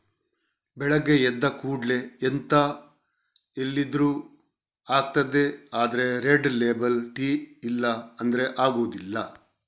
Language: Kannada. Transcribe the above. ಬೆಳಗ್ಗೆ ಎದ್ದ ಕೂಡ್ಲೇ ಎಂತ ಇಲ್ದಿದ್ರೂ ಆಗ್ತದೆ ಆದ್ರೆ ರೆಡ್ ಲೇಬಲ್ ಟೀ ಇಲ್ಲ ಅಂದ್ರೆ ಆಗುದಿಲ್ಲ